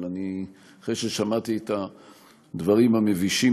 אבל אחרי ששמעתי את הדברים המבישים